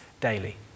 daily